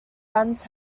runs